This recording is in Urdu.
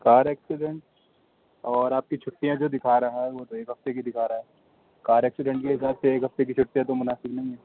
کار ایکسیڈنٹ اور آپ کی چھٹیاں جو دکھا رہا ہے وہ تو ایک ہفتے کی دکھا رہا ہے کار ایکسیڈنٹ کے لئے دو ہفتے ایک ہفتے کی چھٹیاں تو مناسب نہیں ہے